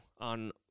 on